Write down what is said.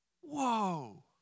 whoa